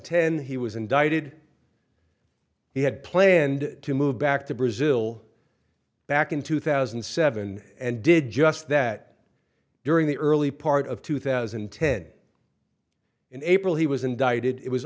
ten he was indicted he had planned to move back to brazil back in two thousand and seven and did just that during the early part of two thousand and ten in april he was indicted it was